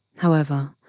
however,